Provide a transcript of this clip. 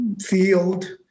field